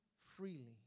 freely